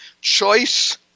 choice